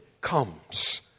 comes